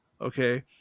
okay